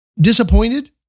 disappointed